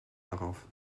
darauf